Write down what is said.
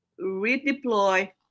redeploy